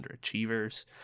Underachievers